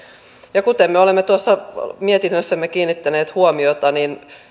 ja kuten me olemme tuossa mietinnössämme kiinnittäneet huomiota niin